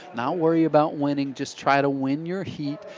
not worry about winning, just try to win your heat,